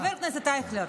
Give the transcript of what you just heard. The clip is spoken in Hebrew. חבר הכנסת אייכלר.